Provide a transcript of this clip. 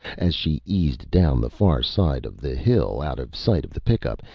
as she eased down the far side of the hill out of sight of the pickup,